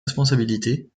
responsabilités